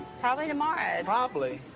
probably tomorrow. probably?